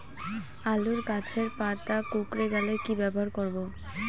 আলুর গাছের পাতা কুকরে গেলে কি ব্যবহার করব?